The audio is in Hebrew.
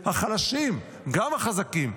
החלשים, גם החזקים.